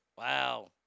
Wow